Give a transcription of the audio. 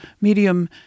medium